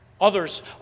Others